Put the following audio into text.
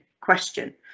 question